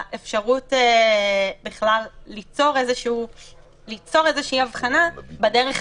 כרגע רק בהוראת שעה עד ה-14 למי שהיה שם עד ה-3.3.